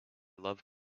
love